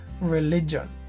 religion